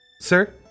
Sir